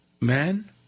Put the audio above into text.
man